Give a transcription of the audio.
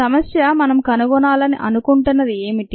సమస్య మనం కనుగొనాలని అనుకుంటున్నది ఏమిటి